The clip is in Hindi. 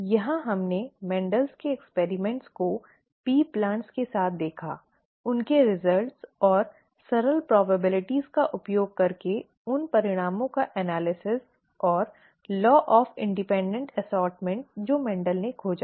यहां हमने Mendel's के प्रयोगों को मटर के पौधों के साथ देखा उनके परिणाम और सरल संभावनाओं का उपयोग करके उन परिणामों का विश्लेषण और law of independent assortment जो मेंडल ने खोजा था